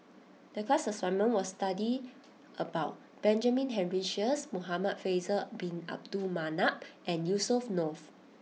the class assignment was to study about Benjamin Henry Sheares Muhamad Faisal Bin Abdul Manap and Yusnor Ef